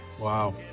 wow